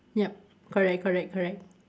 yup correct correct correct